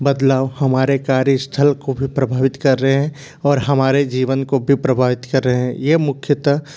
बदलाव हमारे कार्य स्थल को भी प्रभावित कर रहे हैं और हमारे जीवन को भी प्रभावित कर रहे हैं ये मुख्यतः